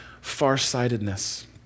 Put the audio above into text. farsightedness